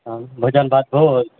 भोजन भात होल